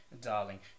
darling